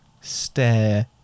stare